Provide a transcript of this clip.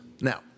Now